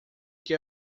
que